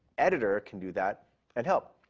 editor can do that and help.